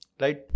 Right